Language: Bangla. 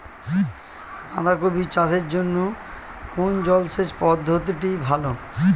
বাঁধাকপি চাষের জন্য কোন জলসেচ পদ্ধতিটি ভালো?